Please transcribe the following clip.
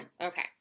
Okay